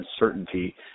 uncertainty